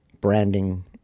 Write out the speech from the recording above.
branding